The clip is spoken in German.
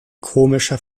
komischer